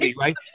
right